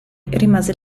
rimase